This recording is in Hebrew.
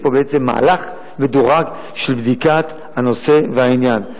יש פה בעצם מהלך מדורג של בדיקת הנושא והעניין.